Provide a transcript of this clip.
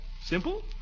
Simple